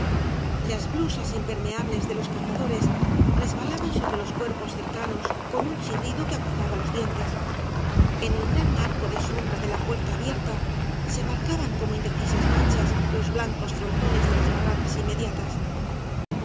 las blu sas impermeables de loa cazadores resbalaban sobre ios cuerpos cercanos con un chirrido que aguzaba los dientes en el gran marco de sombra de la puerta abierta se marcaban como indecisas manchas los blancos frontones de las barracas